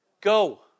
go